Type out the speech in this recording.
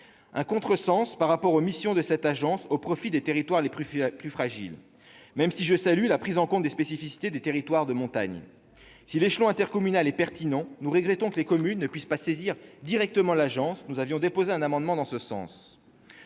un contresens au regard des missions que cette agence est censée remplir au profit des territoires les plus fragiles, même si je salue la prise en compte des spécificités des territoires de montagne. Si l'échelon intercommunal est pertinent, nous regrettons que les communes ne puissent pas saisir directement l'agence. Nous avions déposé un amendement en ce sens.